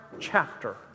chapter